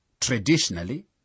Traditionally